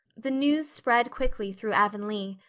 the news spread quickly through avonlea,